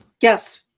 Yes